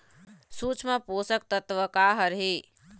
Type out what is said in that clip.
सूक्ष्म पोषक तत्व का हर हे?